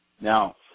Now